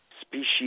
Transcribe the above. species